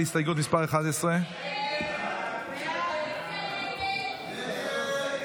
הסתייגות מס' 11. הסתייגות 11 לא נתקבלה.